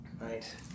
Right